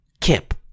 Kip